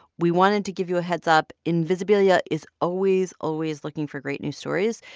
we wanted to give you a heads up. invisibilia is always, always looking for great news stories.